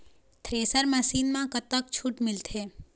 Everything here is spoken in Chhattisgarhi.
थ्रेसर मशीन म कतक छूट मिलथे?